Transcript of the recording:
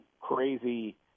crazy